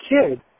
kid